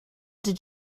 did